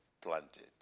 planted